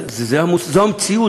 אבל גם הוא